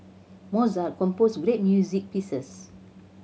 Mozart composed great music pieces